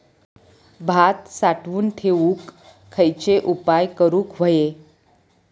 भात साठवून ठेवूक खयचे उपाय करूक व्हये?